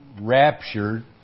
raptured